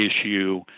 issue